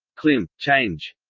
clim. change